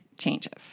changes